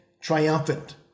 triumphant